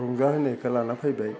रंजा होनायखौ लाना फैबाय